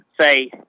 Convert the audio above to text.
say